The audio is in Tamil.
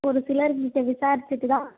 ஒரு சிலருங்கிட்ட விசாரித்துட்டு தான்